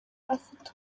afite